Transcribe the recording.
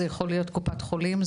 זה יכול להיות קופת חולים,